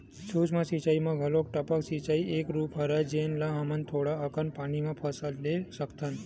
सूक्ष्म सिचई म घलोक टपक सिचई के एक रूप हरय जेन ले हमन थोड़ा अकन पानी म फसल ले सकथन